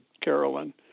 Carolyn